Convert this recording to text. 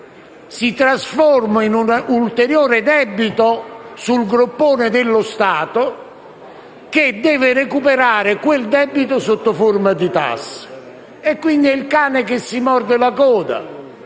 si trasforma in un ulteriore debito sul groppone dello Stato che deve recuperare sotto forma di tasse. Si tratta, quindi, del cane che si morde la coda.